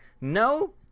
no